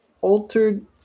altered